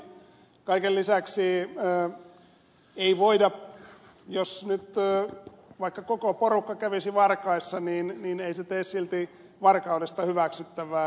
kaiken lisäksi jos nyt vaikka koko porukka kävisi varkaissa niin ei se tee silti varkaudesta hyväksyttävää